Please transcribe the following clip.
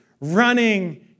running